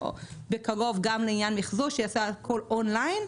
ובקרוב גם לעניין מחזור הכול ייעשה און-ליין,